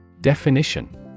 Definition